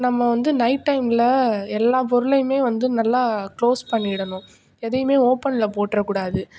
நம்ம வந்து நைட் டைமில் எல்லா பொருளையும் வந்து நல்லா கிளோஸ் பண்ணிடணும் எதையும் ஓப்பனில் போட்டுற கூடாது